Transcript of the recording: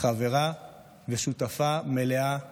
חברה ושותפה מלאה לחיים.